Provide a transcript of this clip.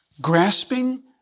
grasping